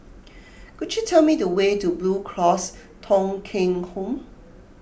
could you tell me the way to Blue Cross Thong Kheng Home